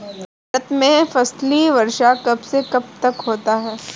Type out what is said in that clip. भारत में फसली वर्ष कब से कब तक होता है?